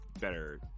better